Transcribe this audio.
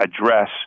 address